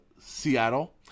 Seattle